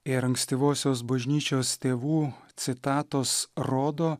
ir ankstyvosios bažnyčios tėvų citatos rodo